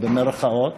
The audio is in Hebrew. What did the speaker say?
במירכאות,